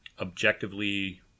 objectively